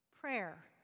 Prayer